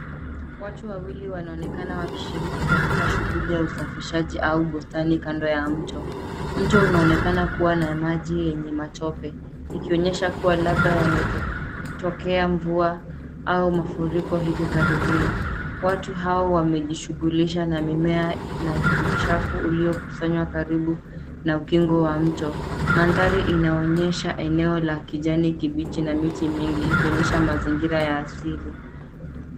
Watu wawili wanaonekana wakishiriki katika shughuli ya usafishaji au bustani kando ya mto. Mto unaonekana kuwa na maji yenye matope ikionyesha kuwa labda yametokea mvua au mafuriko hivi karibuni. Watu hao wamejishughulisha na mimea na uchafu uliokusanywa karibu na ukingo wa mto. Mandhari inaonyesha eneo la kijani kibichi na miti mingi ikionyesha mazingira ya asili.